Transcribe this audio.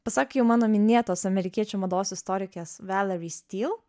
pasak jau mano minėtos amerikiečių mados istorikės valery steel